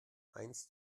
eins